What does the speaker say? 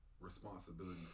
responsibility